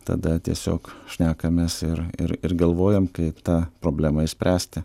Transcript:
tada tiesiog šnekamės ir ir ir galvojam kaip tą problemą išspręsti